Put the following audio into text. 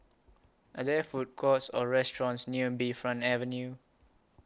Are There Food Courts Or restaurants near Bayfront Avenue